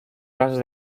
clases